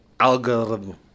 algorithm